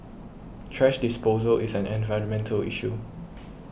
thrash disposal is an environmental issue